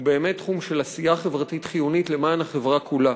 הוא באמת תחום של עשייה חברתית חיונית למען החברה כולה.